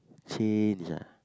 change ah